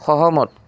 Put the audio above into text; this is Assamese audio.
সহমত